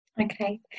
Okay